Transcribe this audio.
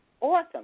Awesome